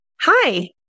Hi